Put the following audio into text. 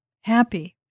Happy